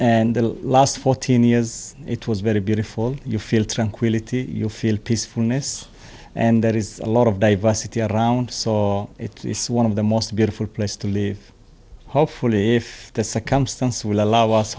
the last fourteen years it was very beautiful you feel tranquility you feel peacefulness and there is a lot of diversity around saw it it's one of the most beautiful places to live hopefully if the succumb stance will allow us